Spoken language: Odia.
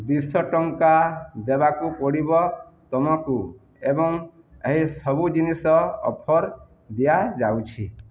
ଦୁଇଶହ ଟଙ୍କା ଦେବାକୁ ପଡ଼ିବ ତମକୁ ଏବଂ ଏହି ସବୁ ଜିନିଷ ଅଫର୍ ଦିଆଯାଉଛି